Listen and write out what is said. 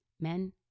Men